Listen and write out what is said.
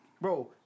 Bro